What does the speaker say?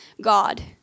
God